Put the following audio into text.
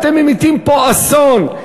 אתם ממיטים פה אסון,